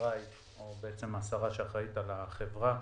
שאחראי או בעצם השרה שאחראית על החברה